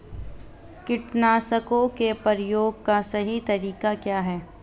कीटनाशकों के प्रयोग का सही तरीका क्या है?